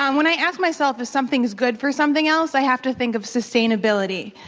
um when i ask myself if something is good for something else, i have to think of sustainability.